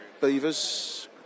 Beavers